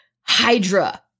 Hydra